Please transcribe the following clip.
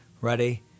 ready